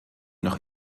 noch